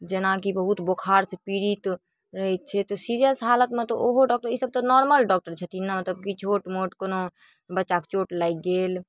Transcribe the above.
जेनाकि बहुत बोखारसँ पीड़ित रहै छै तऽ सिरिअस हालतमे तऽ ओहो डॉक्टर ईसब तऽ नॉर्मल डॉक्टर छथिन ने तऽ किछु छोटमोट कोनो बच्चाके चोट लागि गेल